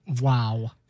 Wow